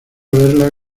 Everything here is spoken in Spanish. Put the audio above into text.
verla